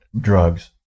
drugs